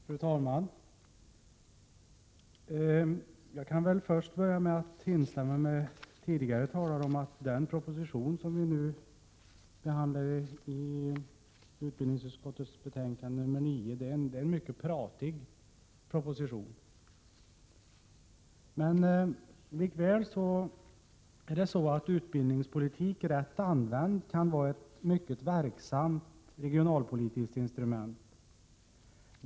Fru talman! Jag kan börja med att instämma med tidigare talare i att den proposition som behandlas i utbildningsutskottets betänkande 9 är en mycket pratig proposition. Utbildningspolitik kan, rätt använd, vara ett mycket verksamt regionalpo tiska insatser i delar av Bergslagen och norra Sveriges inland litiskt instrument.